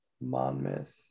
Monmouth